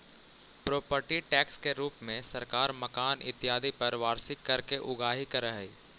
property tax के रूप में सरकार मकान इत्यादि पर वार्षिक कर के उगाही करऽ हई